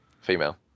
Female